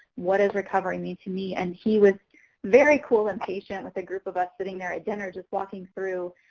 what does recovery mean to me? and he was very cool and patient with a group of us sitting there at dinner just walking through,